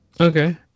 Okay